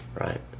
Right